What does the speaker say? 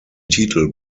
titel